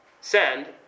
send